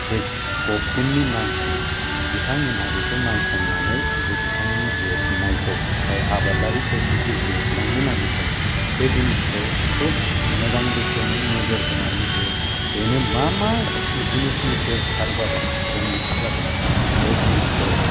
जे ग'भमेन्टनि मानसि बिथांमोना बेखौ नायसननानै जे बिथांनि जोबनायखौ आबादारिफोरनि जे जोबलांनो नागेरदों बे जिनिसखौ खुब मोजां रोखोमै नोजोर होनानै जे बेनो मा मा जिनिसनि दोरखार जादों गोनांथि जादों बे जिनिसखौ